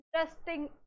interesting